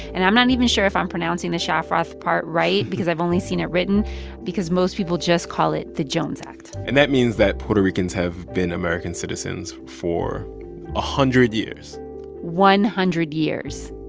and i'm not even sure if i'm pronouncing the shafroth part right because i've only seen it written because most people just call it the jones act and that means that puerto ricans have been american citizens for a hundred years one hundred years